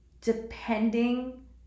Depending